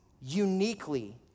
uniquely